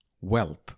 Wealth